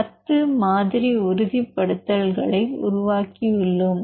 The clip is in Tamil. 10 மாதிரி உறுதிப்படுத்தல்களை உருவாக்கியுள்ளோம்